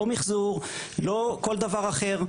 לא מחזור, לא כל דבר אחר.